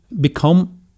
become